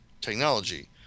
technology